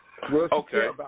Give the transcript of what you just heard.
Okay